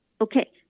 Okay